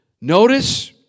Notice